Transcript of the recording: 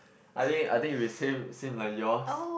I think I think will be same same like yours